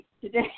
today